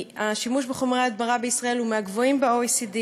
השימוש בחומרי הדברה בישראל הוא מהגבוהים ב-OECD.